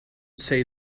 say